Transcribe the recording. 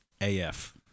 AF